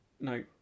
no